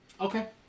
Okay